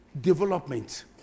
development